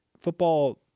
football